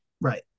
Right